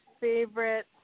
favorite